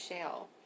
shell